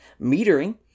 metering